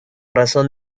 razón